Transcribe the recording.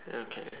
ya can